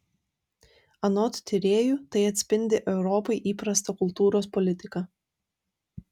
anot tyrėjų tai atspindi europai įprastą kultūros politiką